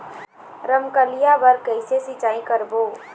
रमकलिया बर कइसे सिचाई करबो?